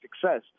success